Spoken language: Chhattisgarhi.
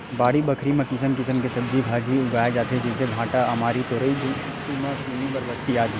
बाड़ी बखरी म किसम किसम के सब्जी भांजी उगाय जाथे जइसे भांटा, अमारी, तोरई, तुमा, सेमी, बरबट्टी, आदि